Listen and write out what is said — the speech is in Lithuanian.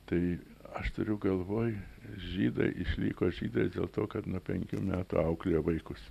tai aš turiu galvoj žydai išliko žydai dėl to kad nuo penkių metų auklėja vaikus